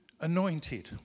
anointed